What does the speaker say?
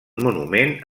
monument